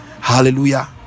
hallelujah